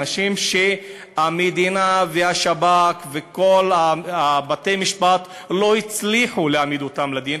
אנשים שהמדינה והשב"כ וכל בתי-המשפט לא הצליחו להעמיד אותם לדין,